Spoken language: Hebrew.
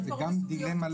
זו גם דילמה לא קטנה.